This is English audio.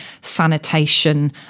sanitation